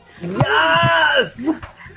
Yes